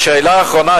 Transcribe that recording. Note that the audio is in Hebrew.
ושאלה אחרונה,